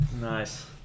Nice